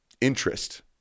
interest